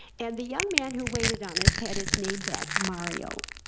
and the young man who waited on us had his name badge, mario,